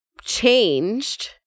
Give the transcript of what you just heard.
changed